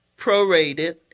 prorated